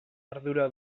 ardura